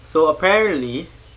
so apparently